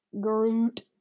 Groot